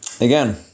again